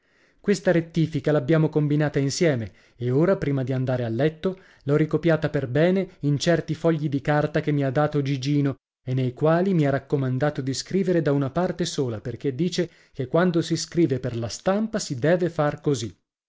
questa rettifica l'abbiamo combinata insieme e ora prima di andare a letto l'ho ricopiata perbene in certi fogli di carta che mi ha dato gigino e nei quali mi ha raccomandato di scrivere da una parte sola perché dice che quando si scrive per la stampa sì deve far cosi